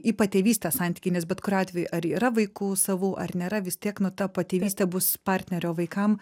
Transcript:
į patėvystės santykį nes bet kuriuo atveju ar yra vaikų savų ar nėra vis tiek nu ta patėvystė bus partnerio vaikam